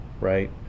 right